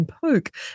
Poke